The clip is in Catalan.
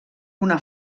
una